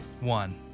one